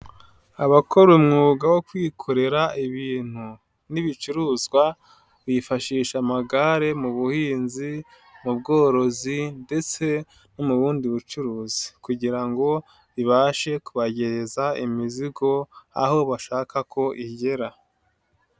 Abakora umwuga wo kwikorera ibintu n'ibicuruzwa bifashisha amagare mu buhinzi, mu bworozi ndetse no mu bundi bucuruzi kugira ngo bibashe kubagereza imizigo aho bashaka ko igera.